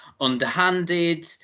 underhanded